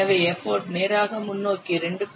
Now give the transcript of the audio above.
எனவே எப்போட் நேராக முன்னோக்கி 2